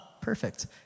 perfect